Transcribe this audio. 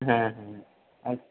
হ্যাঁ হ্যাঁ আর